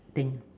thing